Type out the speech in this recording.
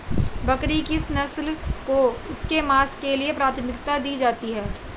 बकरी की किस नस्ल को इसके मांस के लिए प्राथमिकता दी जाती है?